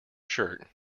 shirt